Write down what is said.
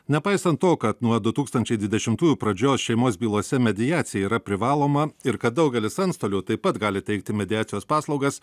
nepaisant to kad nuo du tūkstančiai dvidešimtųjų pradžios šeimos bylose mediacija yra privaloma ir kad daugelis antstolių taip pat gali teikti mediacijos paslaugas